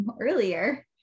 earlier